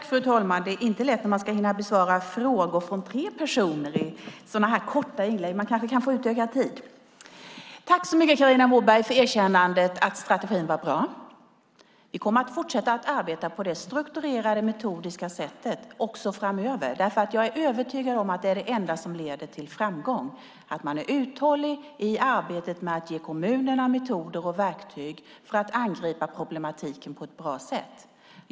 Fru talman! Det är inte lätt när man ska hinna besvara frågor från tre personer i sådana här korta inlägg. Man kanske kan få utökad tid. Tack så mycket, Carina Moberg, för erkännandet av att strategin är bra! Vi kommer att fortsätta att arbeta på det strukturerade och metodiska sättet framöver. Jag är övertygad om att det är det enda som leder till framgång - att man är uthållig i arbetet med att ge kommunerna metoder och verktyg för att angripa problematiken på ett bra sätt.